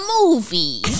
movie